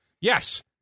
yes